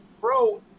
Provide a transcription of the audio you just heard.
bro